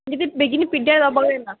किदें बेगीन पिड्ड्या जावपाक जायना